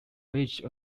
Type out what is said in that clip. village